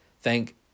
thank